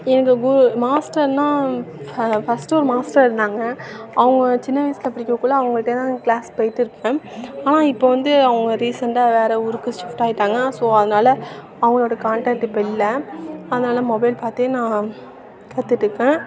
எங்கள் குரு மாஸ்டர்ன்னா ஃபர்ஸ்ட் ஒரு மாஸ்டர் இருந்தாங்க அவங்க சின்ன வயசில் படிக்கக்குள்ளே அவங்கள்ட்டதான் நான் க்ளாஸ் பேபோயிட்டுருப்பேன் ஆனால் இப்போ வந்து அவங்க ரீசண்டாக வேறு ஊருக்கு ஷிஃப்ட் ஆயிட்டாங்க ஸோ அதனால் அவங்களோட காண்டாக்ட்டு இப்போ இல்லை அதனால் மொபைல் பார்த்தே நான் கற்றுட்டுருக்கேன்